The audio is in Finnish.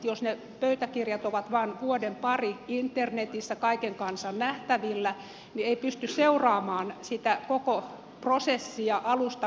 jos ne pöytäkirjat ovat vain vuoden pari internetissä kaiken kansan nähtävillä niin ei pysty seuraamaan sitä koko prosessia alusta loppuun